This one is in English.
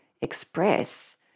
express